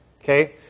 Okay